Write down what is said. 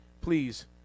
please